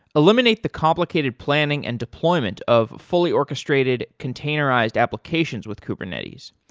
eliminate the complicated planning and deployment of fully orchestrated containerized applications with kubernetes.